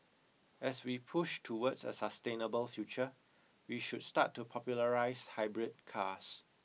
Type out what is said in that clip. as we push towards a sustainable future we should start to popularise hybrid cars